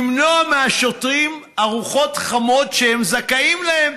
למנוע מהשוטרים ארוחות חמות שהם זכאים להן.